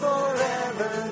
forever